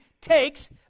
takes